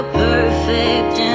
perfect